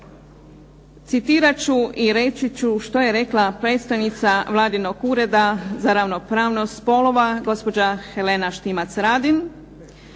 Citirat ću i reći ću što je rekla predstojnica Vladinog Ureda za ravnopravnost spolova gospođa Helena Štimac-Radin,